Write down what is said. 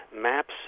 maps